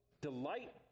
delight